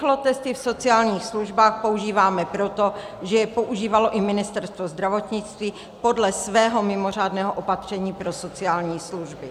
Rychlotesty v sociálních službách používáme proto, že je používalo i Ministerstvo zdravotnictví podle svého mimořádného opatření pro sociální služby.